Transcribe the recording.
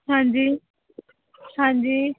ਹਾਂਜੀ ਹਾਂਜੀ